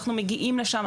אנחנו מגיעים לשם,